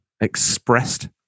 expressed